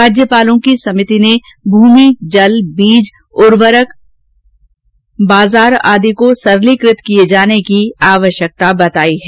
राज्यपालों की समिति ने भूमि जल बीज उर्वरक ऊजा बाजार आदि को सरलीकृत किए जाने की तत्काल आवश्यकता बतायी है